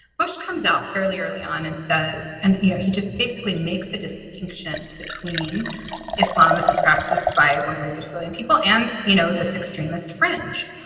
bush comes out fairly early on and says and yeah he just basically makes a distinction between islam, as is practiced by one point six billion people and, you know, this extremist fringe.